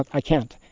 i can't.